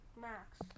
Max